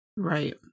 Right